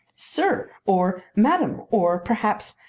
sir, or madam, or perhaps,